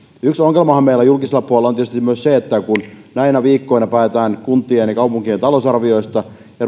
yksi ongelmahan meillä julkisella puolella on tietysti myös se että kun näinä viikkoina päätetään kuntien ja kaupunkien talousarvioista ja